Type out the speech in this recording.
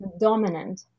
dominant